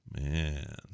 Man